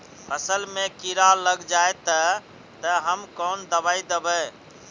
फसल में कीड़ा लग जाए ते, ते हम कौन दबाई दबे?